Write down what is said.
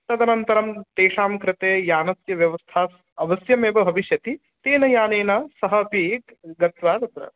तदनन्तरं तेषां कृते यानस्य व्यवस्था अवश्यमेव भविष्यति तेन यानेन सः अपि गत्वा तत्र